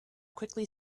quickly